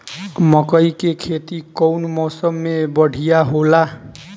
मकई के खेती कउन मौसम में बढ़िया होला?